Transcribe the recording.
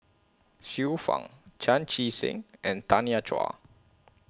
Xiu Fang Chan Chee Seng and Tanya Chua